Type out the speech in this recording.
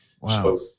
Wow